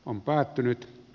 on päättynyt